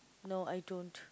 no I don't